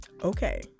okay